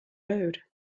road